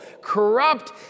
corrupt